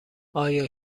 آیا